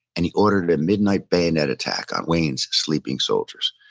and he ordered a midnight bayonet attack on wayne's sleeping soldiers.